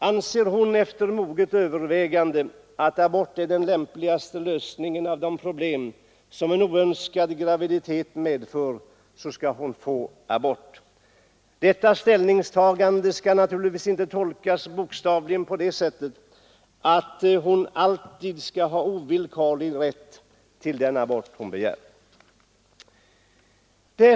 Anser hon efter moget övervägande att abort är den lämpligaste lösningen av de problem som en oönskad graviditet medför så skall hon få abort. Detta ställningstagande skall naturligtvis inte tolkas bokstavligen på det sättet att kvinnan alltid skall ha ovillkorlig rätt till abort när hon begär det.